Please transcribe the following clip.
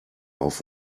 auf